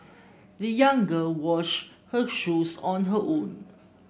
the young girl washed her shoes on her own